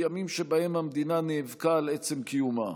בימים שבהם המדינה נאבקה על עצם קיומה,